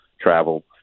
travel